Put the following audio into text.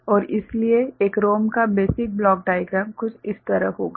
और इसलिए एक ROM का बेसिक ब्लॉक डाइग्राम कुछ इस तरह होगा